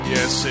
Yes